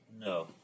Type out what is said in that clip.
No